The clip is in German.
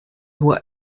nur